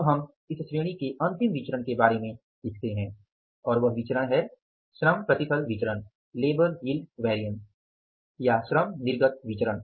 अब हम इस श्रेणी के अंतिम विचरण के बारे में सीखते हैं और वह है श्रम प्रतिफल विचरण या श्रम निर्गत विचरण